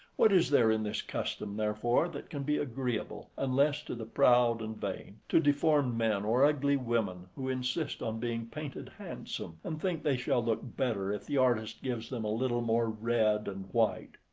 what is there in this custom, therefore, that can be agreeable, unless to the proud and vain to deformed men or ugly women, who insist on being painted handsome, and think they shall look better if the artist gives them a little more red and white!